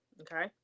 okay